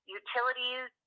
utilities